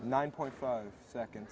nine point five second